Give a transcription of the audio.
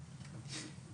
(שקף: